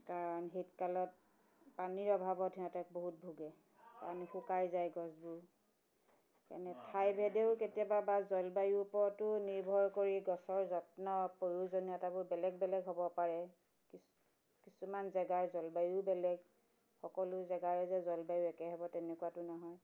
কাৰণ শীতকালত পানীৰ অভাৱত সিহঁতে বহুত ভোগে পানী শুকাই যায় গছবোৰ এনে ঠাই ভেদেও কেতিয়াবা বা জলবায়ুৰ ওপৰতো নিৰ্ভৰ কৰি গছৰ যত্ন প্ৰয়োজনীয়তাবোৰ বেলেগ বেলেগ হ'ব পাৰে কি কিছুমান জেগাৰ জলবায়ু বেলেগ সকলো জেগাৰে যে জলবায়ু একে হ'ব তেনেকুৱাতো নহয়